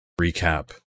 recap